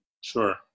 Sure